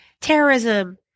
terrorism